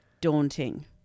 daunting